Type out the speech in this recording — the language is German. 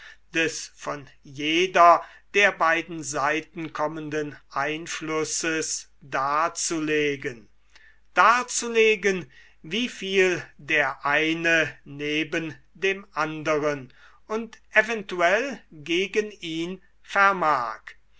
des von jeder der beiden seiten kommenden einflusses darzulegen darzulegen wieviel der eine neben dem anderen und eventuell gegen ihn vermag